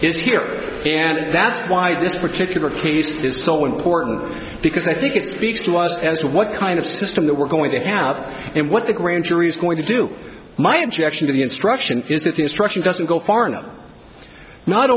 is here and that's why this particular case is so important because i think it speaks to us as to what kind of system that we're going to have and what the grand jury is going to do my objection to the instruction is that the instruction doesn't go far enough not